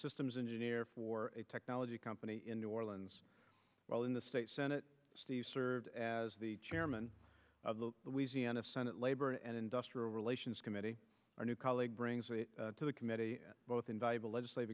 systems engineer for a technology company in new orleans well in the state senate served as the chairman of the louisiana senate labor and industrial relations committee our new colleague brings to the committee both invaluable legislate